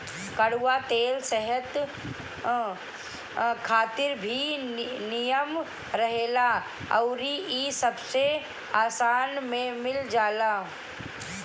कड़ुआ तेल सेहत खातिर भी निमन रहेला अउरी इ सबसे आसानी में मिल जाला